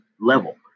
level